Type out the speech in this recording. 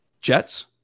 Jets